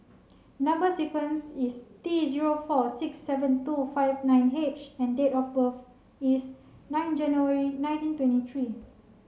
number sequence is T zero four six seven two five nine H and date of birth is nine January nineteen twenty three